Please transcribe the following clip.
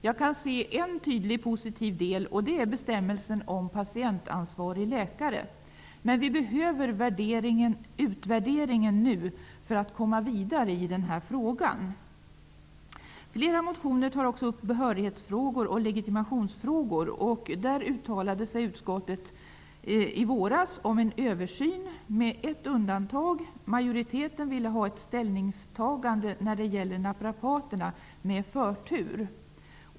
Jag kan se en tydlig positiv del, och det är bestämmelsen om patientansvarig läkare. Vi behöver utvärderingen nu, för att komma vidare i denna fråga. Flera motioner tar upp behörighetsfrågor och legitimationsfrågor. Där uttalade sig utskottet i våras om en översyn, med ett undantag. Majoriteten ville ha ett ställningstagande när det gäller naprapaterna, med förtur.